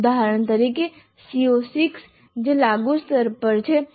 ઉદાહરણ તરીકે CO6 જે લાગુ સ્તર પર છે